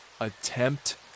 attempt